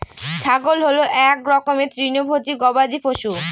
ছাগল হল এক রকমের তৃণভোজী গবাদি পশু